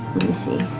me see.